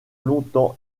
longtemps